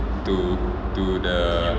to to the